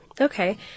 Okay